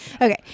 okay